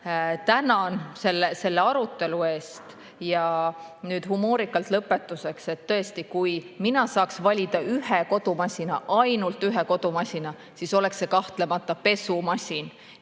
tänan selle arutelu eest. Nüüd humoorikalt lõpetuseks: tõesti, kui mina saaks valida ühe kodumasina, ainult ühe kodumasina, siis oleks see kahtlemata pesumasin.